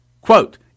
Quote